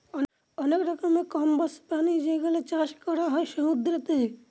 অনেক রকমের কম্বোজ প্রাণী যেগুলোর চাষ করা হয় সমুদ্রতে